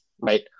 right